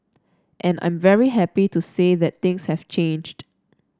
and I'm very happy to say that things have changed